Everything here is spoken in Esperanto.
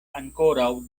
ankoraŭ